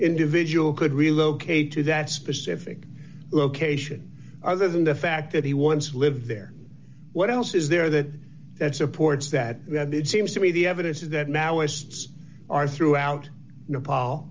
individual could relocate to that specific location other than the fact that he once lived there what else is there that that supports that seems to me the evidence is that maoists are throughout nepal